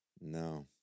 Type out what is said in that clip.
No